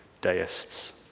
deists